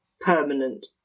permanent